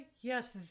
yes